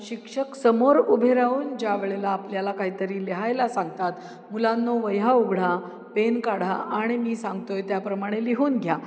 शिक्षक समोर उभे राहून ज्या वेळेला आपल्याला काहीतरी लिहायला सांगतात मुलांनो वह्या उघडा पेन काढा आणि मी सांगतो आहे त्याप्रमाणे लिहून घ्या